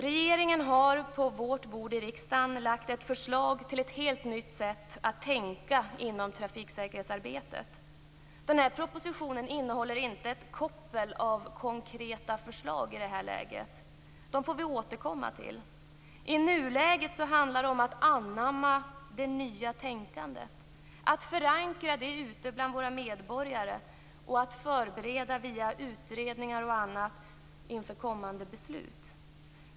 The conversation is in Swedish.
Regeringen har på riksdagens bord lagt fram ett förslag till ett helt nytt sätt att tänka inom trafiksäkerhetsarbetet. Propositionen innehåller inte ett koppel av konkreta förslag, dem får vi återkomma till. I nuläget handlar det om att anamma det nya tänkandet, att förankra det ute bland medborgarna och att förbereda via utredningar och annat inför kommande beslut.